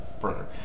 further